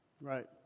Right